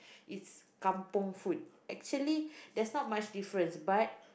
it's kampung food actually there's not much difference but